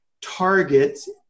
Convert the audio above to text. targets